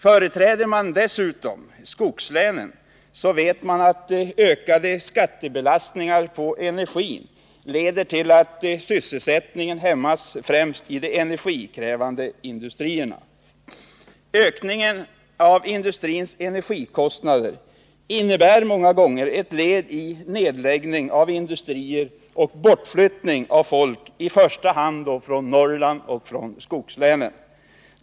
Företräder man dessutom skogslänen vet man att ökade skattebelastningar när det gäller energin leder till att sysselsättningen hämmas främst inom de energikrävande industrierna. En ökning av industrins energikostnader är många gånger ett led i nedläggningen av industrier och bortflyttningen av folk i första hand från Norrland och skogslänen.